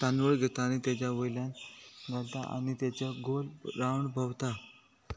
तांदूळ घेतां तेच्या वयल्यान घालता आनी तेचे गोल राउंड भोंवता